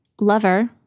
lover